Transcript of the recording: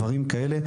דברים כאלה,